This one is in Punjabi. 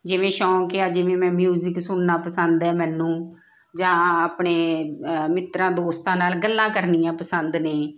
ਜਿਵੇਂ ਸ਼ੌਂਕ ਆ ਜਿਵੇਂ ਮੈਂ ਮਿਊਜਿਕ ਸੁਣਨਾ ਪਸੰਦ ਹੈ ਮੈਨੂੰ ਜਾਂ ਆਪਣੇ ਮਿੱਤਰਾਂ ਦੋਸਤਾਂ ਨਾਲ ਗੱਲਾਂ ਕਰਨੀਆਂ ਪਸੰਦ ਨੇ